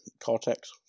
Cortex